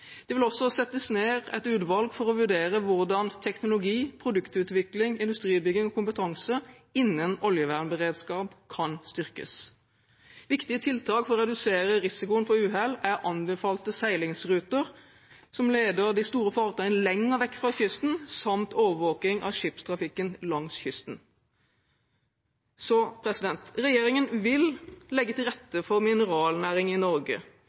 Det vil også settes ned et utvalg for å vurdere hvordan teknologi, produktutvikling, industribygging og kompetanse innen oljevernberedskap kan styrkes. Viktige tiltak for å redusere risikoen for uhell er anbefalte seilingsruter som leder de store fartøyene lenger vekk fra kysten, og overvåking av skipstrafikken langs kysten. Regjeringen vil legge til rette for mineralnæring i Norge.